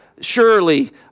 surely